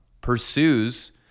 pursues